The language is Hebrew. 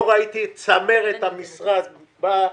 לא ראיתי את צמרת המשרד באה.